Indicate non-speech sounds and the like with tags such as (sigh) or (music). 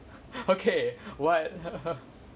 (laughs) okay what (laughs)